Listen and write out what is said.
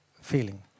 feeling